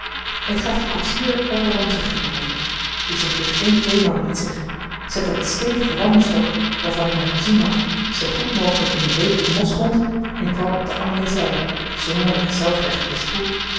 ik gaf den koetsier order om terug te rijden die zich dit geen tweemaal liet zeggen zette den stevigen wandelstok waarvan ik mij voorzien had zoo goed mogelijk in den weeken mosgrond en kwam op de andere zijde zonder dat ik zelf recht wist hoe